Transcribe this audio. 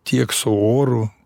tiek su oru